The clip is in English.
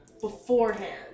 beforehand